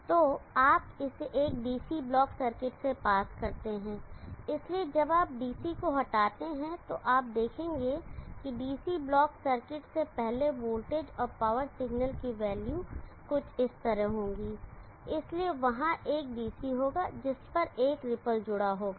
तो आप इसे एक डीसी ब्लॉक सर्किट से पास करते हैं इसलिए जब आप DC को हटाते हैं तो आप देखेंगे कि DC ब्लॉक सर्किट से पहले वोल्टेज और पावर सिग्नल की वैल्यू कुछ इस तरह होंगे इसलिए वहां एक डीसी होगा जिस पर एक रिपल जुड़ा होगा